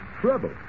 trouble